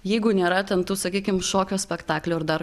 jeigu nėra ten tų sakykim šokio spektaklių ar dar